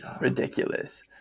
ridiculous